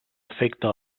afecta